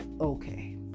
okay